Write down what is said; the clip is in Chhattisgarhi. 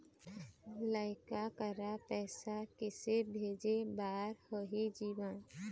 लइका करा पैसा किसे भेजे बार होही जीवन